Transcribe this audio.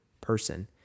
person